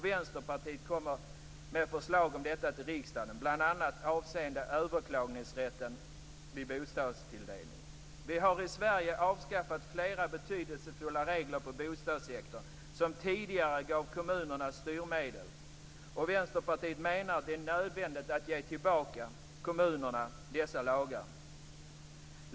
Vänsterpartiet kommer med förslag om detta till riksdagen, bl.a. vad avser överklagningsrätten vid bostadstilldelning. Vi har i Sverige avskaffat flera betydelsefulla regler inom bostadssektorn, som tidigare gav kommunerna styrmedel. Vänsterpartiet menar att det är nödvändigt att ge kommunerna tillbaka dessa lagar.